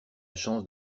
chance